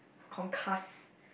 concuss